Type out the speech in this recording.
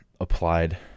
applied